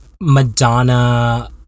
Madonna